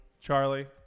Charlie